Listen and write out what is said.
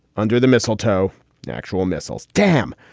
under the mistletoe, the actual missiles. damn,